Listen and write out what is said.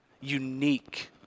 unique